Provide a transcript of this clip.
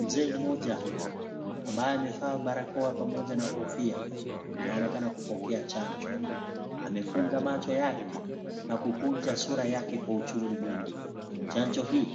Mzee mmoja ambaye amevaa barakoa pamoja na kofia, anaonekana kupokea chanjo. Amefunga macho yake, na kukunja sura yake kwa uchungu mwingi. Chanjo hii,